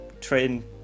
train